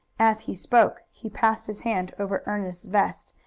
as he spoke he passed his hand over ernest's vest,